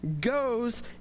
goes